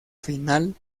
final